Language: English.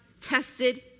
tested